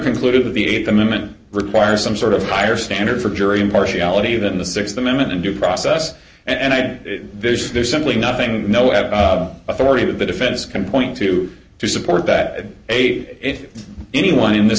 concluded that the th amendment requires some sort of higher standard for jury impartiality than the th amendment and due process and bish there's simply nothing no at authority that the defense can point to to support that eight if anyone in this